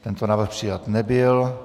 Tento návrh přijat nebyl.